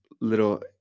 little